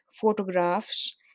photographs